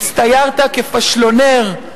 הצטיירת כפשלונר,